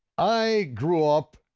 i grew up